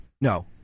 No